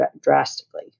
drastically